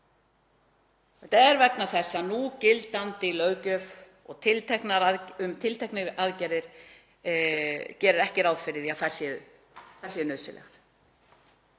Það er vegna þess að núgildandi löggjöf um tilteknar aðgerðir gerir ekki ráð fyrir því að þær séu nauðsynlegar.